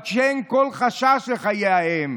אבל כשאין כל חשש לחיי האם,